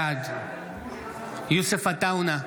בעד יוסף עטאונה,